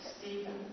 Stephen